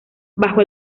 bajo